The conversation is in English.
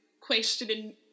questioning